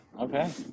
okay